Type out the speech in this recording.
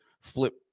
flip